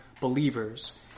believers